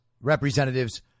representatives